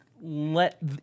let